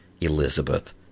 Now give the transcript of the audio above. Elizabeth